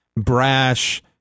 brash